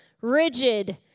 rigid